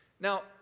Now